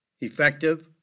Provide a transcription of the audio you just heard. effective